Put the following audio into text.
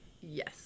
yes